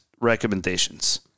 recommendations